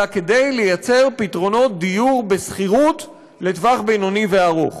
אלא כדי ליצור פתרונות דיור בשכירות לטווח בינוני וארוך.